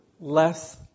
less